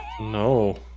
No